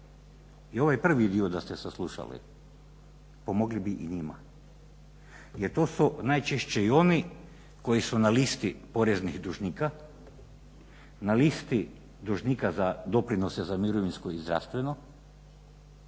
i ovaj prvi dio da ste saslušali pomogli bi i njima, jer to su najčešće i oni koji su na listi poreznih dužnika, na listi dužnika za doprinose za mirovinsko i zdravstveno,